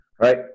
Right